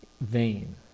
vain